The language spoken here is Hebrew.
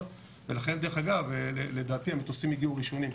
ולכן דרך אגב לדעתי המטוסים הגיעו ראשונים,